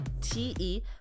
T-E